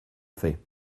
fait